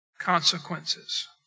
consequences